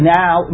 now